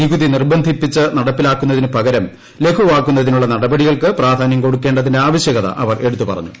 നികുതി നിർബന്ധിച്ച് നടപ്പിലാക്കുന്നതിന് പകരം ലഘുവാക്കുന്നതിനുള്ള നടപടികൾക്ക് പ്രാധാനൃം കൊടുക്കേണ്ടതിന്റെ ആവശ്യകത അവർ എടുത്തു പറഞ്ഞു